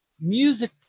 music